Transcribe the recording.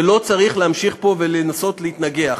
ולא צריך להמשיך פה ולנסות להתנגח.